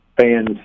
fans